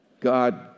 God